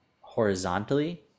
horizontally